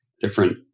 different